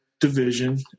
division